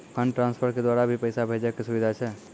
Fund transfer के द्वारा भी पैसा भेजै के सुविधा छै?